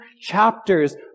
chapters